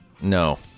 No